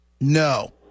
No